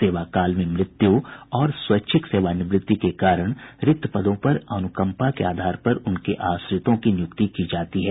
सेवाकाल में मृत्यू और स्वैच्छिक सेवानिवृत्ति के कारण रिक्त पदों पर अनुकंपा के आधार पर उनके आश्रितों की नियुक्ति की जाती है